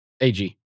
Ag